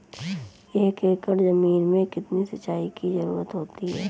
एक एकड़ ज़मीन में कितनी सिंचाई की ज़रुरत होती है?